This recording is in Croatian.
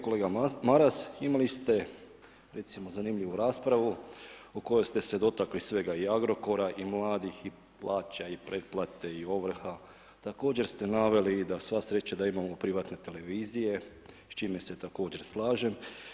Kolega Maras, imali ste recimo zanimljivu raspravu u kojoj ste se dotakli svega i Agrokora i mladih i plaća i pretplate i ovrha, također ste naveli da sva sreća da imamo privatne televizije s čime se također slažem.